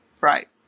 Right